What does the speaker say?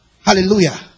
Hallelujah